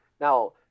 Now